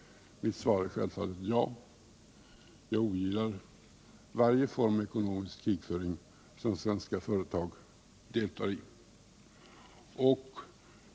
Mitt svar är självfallet ja. Jag ogillar varje form av ekonomisk krigföring som svenska företag deltar i.